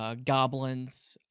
ah goblins,